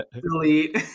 delete